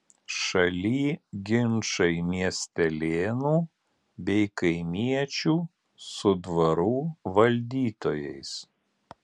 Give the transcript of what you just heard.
šaly ginčai miestelėnų bei kaimiečių su dvarų valdytojais